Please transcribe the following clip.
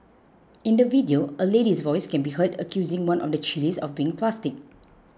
in the video a lady's voice can be heard accusing one of the chillies of being plastic